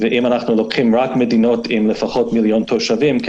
אם לוקחים רק מדינות עם לפחות מיליון תושבים,